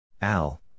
Al